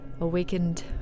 Awakened